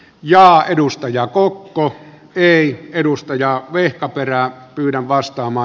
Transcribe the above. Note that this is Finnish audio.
ja edustaja kokko ei edusta ja vihtaperä kylä vasta oma